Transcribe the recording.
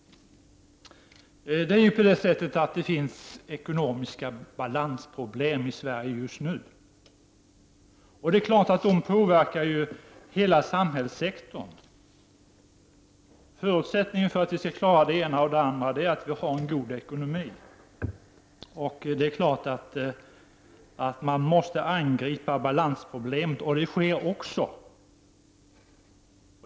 Det finns ekonomiska balansproblem i Sverige just nu, och det är klart att det påverkar hela samhällssektorn. Förutsättningen för att vi skall kunna klara det ena och det andra är att vi har en god ekonomi och att vi angriper balansproblemen. Det sker också.